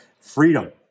freedom